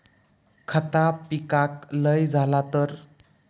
खता पिकाक लय झाला तर?